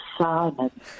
Simon